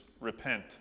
repent